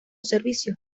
servicio